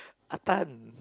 Ah-Tan